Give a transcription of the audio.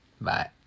Bye